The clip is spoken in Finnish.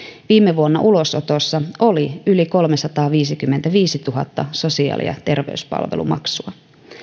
viime vuonna ulosotossa oli yli kolmesataaviisikymmentäviisituhatta sosiaali ja terveyspalvelumaksua